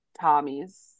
tommy's